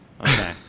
Okay